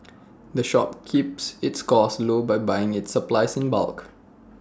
the shop keeps its costs low by buying its supplies in bulk